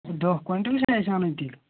دہ کویِنٹَل چھ اَسہِ اَنٕنۍ تیٚلہِ